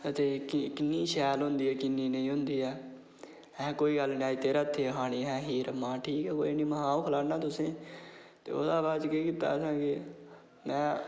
ते किन्नी शैल होंदी ऐ ते किन्नी नेईं होंदी ऐ ऐहें कोई गल्ल निं अज्ज तेरे हत्थे दी खानी खीर में हा ठीक ऐ कोई गल्ल निं अंऊ खलाना तुसेंगी ते ओह्दे बाद केह् कीता असें कि में